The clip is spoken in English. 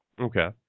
Okay